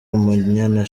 umunyana